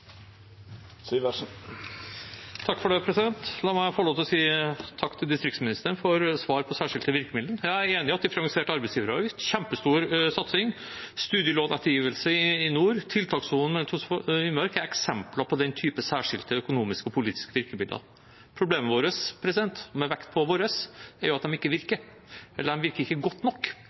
La meg få lov til å si takk til distriktsministeren for svar om særskilte virkemidler. Jeg er enig i at differensiert arbeidsgiveravgift – en kjempestor satsing – studielånettergivelse i nord og tiltakssonen i Nord-Troms og Finnmark er eksempler på den type særskilte økonomiske og politiske virkemidler. Problemet vårt – med vekt på «vårt» – er at de ikke virker, eller de virker ikke godt nok,